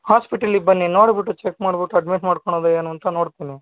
ಹಾಸ್ಪಿಟಲಿಗೆ ಬನ್ನಿ ನೋಡಿಬಿಟ್ಟು ಚೆಕ್ ಮಾಡಿಬಿಟ್ಟು ಅಡ್ಮಿಟ್ ಮಾಡ್ಕೊಳೋದ ಏನು ಅಂತ ನೋಡ್ತೀನಿ